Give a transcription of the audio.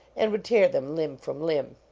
and would tear them limb from limb.